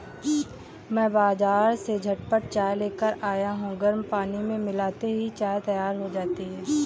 मैं बाजार से झटपट चाय लेकर आया हूं गर्म पानी में मिलाते ही चाय तैयार हो जाती है